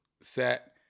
set